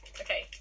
Okay